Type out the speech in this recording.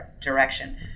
direction